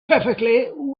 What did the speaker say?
perfectly